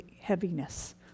heaviness